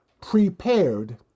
prepared